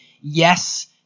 yes